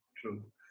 true